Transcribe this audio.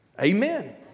Amen